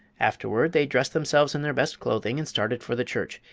afterward they dressed themselves in their best clothing and started for the church,